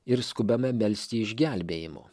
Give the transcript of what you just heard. ir skubame melsti išgelbėjimo